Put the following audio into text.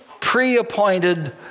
pre-appointed